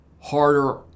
harder